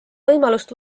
võimalust